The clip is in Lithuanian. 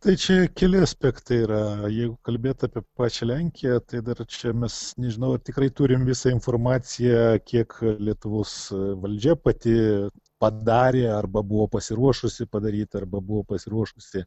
tai čia keli aspektai yra jeigu kalbėt apie pačią lenkiją tai dar čia mes nežinau ar tikrai turim visą informaciją kiek lietuvos valdžia pati padarė arba buvo pasiruošusi padaryt arba buvo pasiruošusi